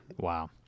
Wow